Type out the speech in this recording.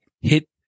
hit